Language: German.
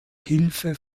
hilfe